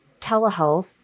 telehealth